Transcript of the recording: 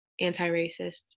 anti-racist